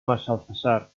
massalfassar